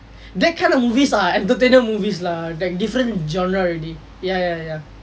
that kind of movies are entertainer movies lah like different genre already ya ya ya